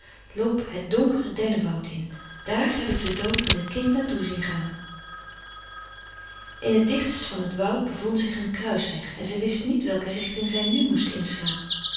loop het donkere dennenwoud in daar heb ik den dood met het kind naar toe zien gaan in het dichtst van het woud bevond zich een kruisweg en zij wist niet welke richting zij nu moest inslaan